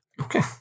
Okay